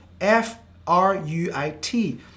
F-R-U-I-T